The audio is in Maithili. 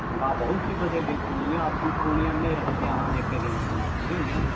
वाह बहुत चीज बदलि गेल पूर्णिया आब ओ पूर्णिया नहि रहल जे अहाँ देखकऽ गेलय रहिए बुझलियै नऽ